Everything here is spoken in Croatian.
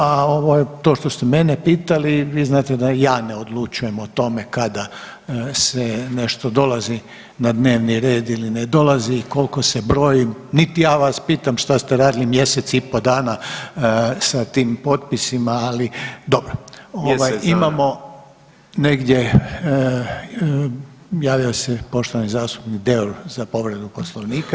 A ovaj to što ste mene pitali vi znate da ja ne odlučujem o tome kada se nešto dolazi na dnevni red ili ne dolazi i koliko se broji, niti ja vas pitam šta ste radili mjesec i pol dana sa tim potpisima, ali dobro [[Upadica: Mjesec dana.]] ovaj imamo negdje javio se poštovani zastupnik Deur za povredu Poslovnika.